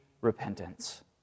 repentance